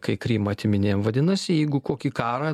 kai krymą atiminėjom vadinasi jeigu kokį karą